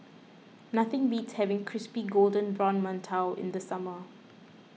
nothing beats having Crispy Golden Brown Mantou in the summer